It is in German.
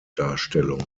darstellung